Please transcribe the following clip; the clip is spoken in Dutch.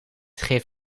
geeft